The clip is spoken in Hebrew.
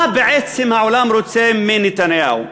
מה בעצם העולם רוצה מנתניהו,